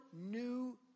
new